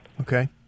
Okay